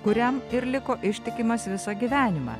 kuriam ir liko ištikimas visą gyvenimą